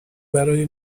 برای